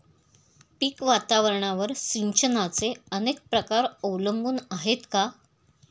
पीक वातावरणावर सिंचनाचे अनेक प्रकार अवलंबून आहेत का?